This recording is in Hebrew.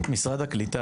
משרד הקליטה,